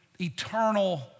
eternal